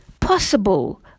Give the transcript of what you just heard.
possible